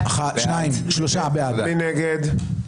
מי נגד?